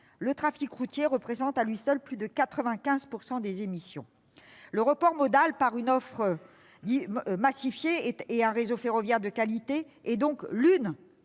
le trafic routier représente à lui seul près de 95 % des émissions. Le report modal, la construction d'une offre massifiée et d'un réseau ferroviaire de qualité, est donc l'une